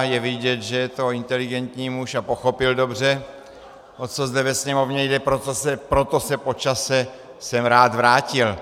Je vidět, že je to inteligentní muž a pochopil dobře, o co zde ve Sněmovně jde, proto se sem po čase rád vrátil.